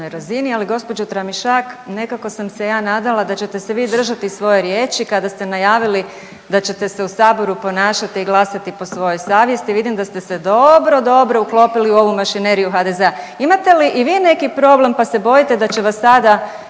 ali gospođo Tramišak nekako sam se ja nadala da ćete se vi držati svoje riječi kada ste najavili da ćete se u saboru ponašati i glasati po svojoj savjesti. Vidim da ste se dobro, dobro uklopili u ovu mašineriju HDZ-a. Imate li i vi neki problem pa se bojite da će vas sada